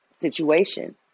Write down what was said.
situation